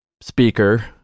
speaker